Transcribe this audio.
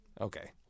Okay